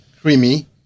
creamy